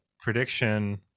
prediction